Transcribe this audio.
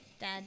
dad